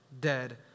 dead